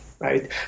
Right